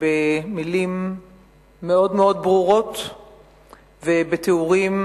במלים מאוד מאוד ברורות ובתיאורים,